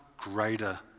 greater